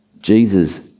Jesus